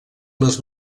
les